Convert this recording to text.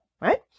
right